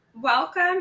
welcome